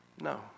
no